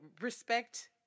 respect